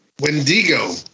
Wendigo